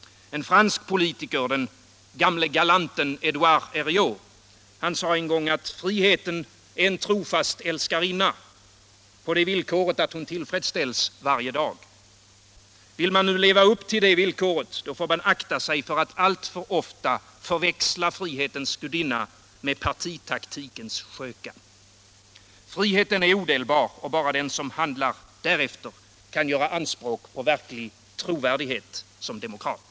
En fransk politiker, den gamle galanten Édouard Herriot, sade en gång att friheten är en trofast älskarinna — på villkor att hon tillfredsställs varje dag. Vill man leva upp till det villkoret får man akta sig för att alltför ofta förväxla frihetens gudinna med partitaktikens sköka. Friheten är odelbar. Bara den som handlar därefter kan göra anspråk på verklig trovärdighet såsom demokrat.